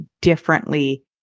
differently